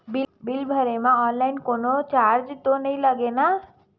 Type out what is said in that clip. Bill भरे मा online कोनो चार्ज तो नई लागे ना?